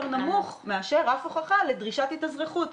נמוך מאשר רף הוכחה לדרישת התאזרחות.